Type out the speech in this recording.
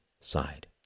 side